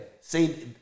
say